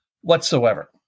whatsoever